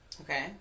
Okay